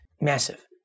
massive